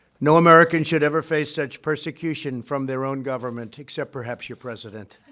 no american should ever face such persecution from their own government except, perhaps, your president.